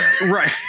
Right